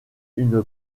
une